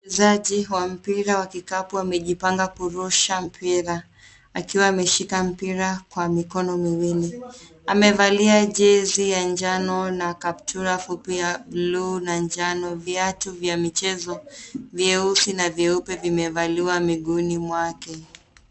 Mchezaji wa mpira wa kikapu amejipanga kurusha mpira akiwa ameshika mpira kwa mikono miwili. Amevalia jezi ya njano na kaptura fupi ya bluu na njano, viatu vya michezo vyeusi na vyeupe vimevaliwa miguuni mwake.